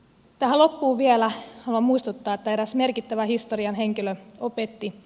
tähän loppuun vielä haluan muistuttaa että eräs merkittävä historian henkilö opetti